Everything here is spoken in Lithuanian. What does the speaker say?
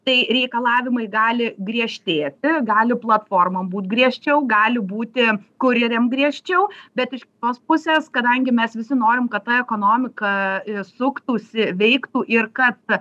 tai reikalavimai gali griežtėti gali platforma būt griežčiau gali būti kurjeriam griežčiau bet iš kitos pusės kadangi mes visi norim kad ta ekonomika suktųsi veiktų ir kad